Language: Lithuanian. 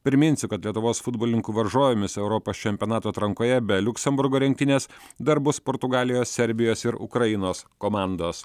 priminsiu kad lietuvos futbolininkų varžovėmis europos čempionato atrankoje be liuksemburgo rinktinės dar bus portugalijos serbijos ir ukrainos komandos